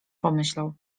pomyślał